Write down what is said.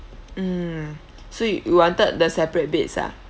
mm so you wanted the separate beds ah